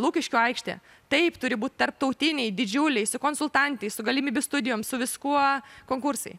lukiškių aikštė taip turi būt tarptautiniai didžiuliai su konsultantais su galimybių studijom su viskuo konkursai